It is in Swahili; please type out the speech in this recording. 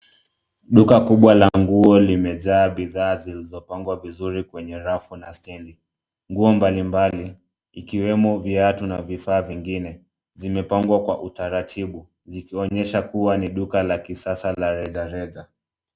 Duka kubwa la nguo limejaa bidhaa zilizopagwa vizuri kwenye rafu na stendi. Nguo mbalimbali ikiwemo viatu na vifaa vingine, zimepagwa kwa utaratibu zikionyesha kuwa ni duka la kisasa la rejareja.